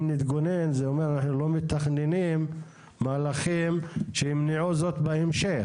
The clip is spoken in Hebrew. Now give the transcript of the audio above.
אם נתגונן זה אומר אנחנו לא מתכננים מהלכים שימנעו זאת בהמשך,